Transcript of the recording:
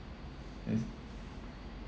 is